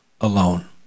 alone